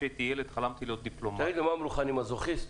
אמרו לך שאני מזוכיסט?